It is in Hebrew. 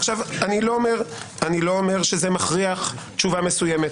עכשיו, אני לא אומר שזה מכריח תשובה מסוימת.